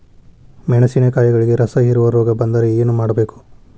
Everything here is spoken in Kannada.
ಮೆಣಸಿನಕಾಯಿಗಳಿಗೆ ರಸಹೇರುವ ರೋಗ ಬಂದರೆ ಏನು ಮಾಡಬೇಕು?